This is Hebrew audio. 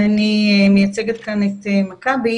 אני מייצגת כאן את מכבי,